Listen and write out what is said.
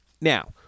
Now